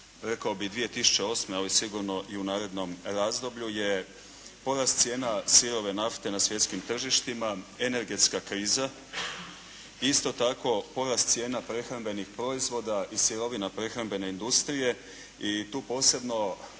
rekao bih 2008. ali sigurno i u narednom razdoblju je porast cijena sirove nafte na svjetskim tržištima, energetska kriza, isto tako porast cijena prehrambenih proizvoda i sirovina prehrambene industrije i tu posebno